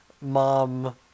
mom